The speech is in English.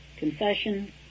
Confession